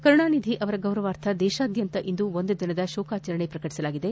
ಕರುಣಾನಿಧಿ ಅವರ ಗೌರವಾರ್ಥ ದೇಶಾದ್ಯಂತ ಇಂದು ಒಂದು ದಿನದ ಶೋಕಾಚರಣೆ ಪ್ರಕಟಿಸಲಾಗಿದೆ